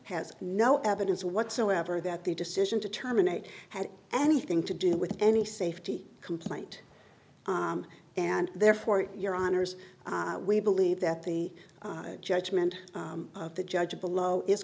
has no evidence whatsoever that the decision to terminate had anything to do with any safety complaint and therefore your honour's we believe that the judgment of the judge below is